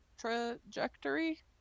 trajectory